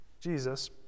Jesus